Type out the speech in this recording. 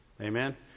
Amen